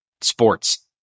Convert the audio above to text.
sports